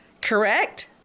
Correct